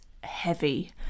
heavy